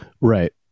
Right